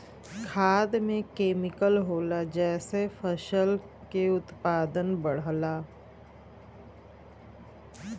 खाद में केमिकल होला जेसे फसल के उत्पादन बढ़ला